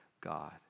God